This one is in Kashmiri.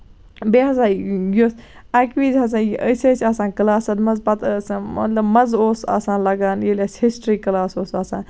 بیٚیہِ ہسا یُس اَکہِ وِزِ ہسا أسۍ ٲسۍ آسان کَلاسن منٛز پَتہٕ ٲسۍ آسان مطلب مَزٕ اوس آسان لگان ییٚلہِ أسۍ ہِسٹری کَلاس اوس آسان